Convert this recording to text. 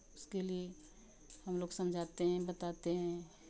उसके लिए हम लोग समझाते हैं बताते हैं